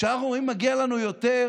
כשאנחנו אומרים: מגיע לנו יותר,